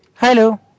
Hello